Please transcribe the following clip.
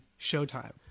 showtime